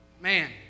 Man